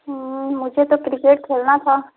मुझे तो क्रिकेट खेलना था